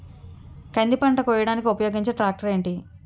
కంది పంట కోయడానికి ఉపయోగించే ట్రాక్టర్ ఏంటి?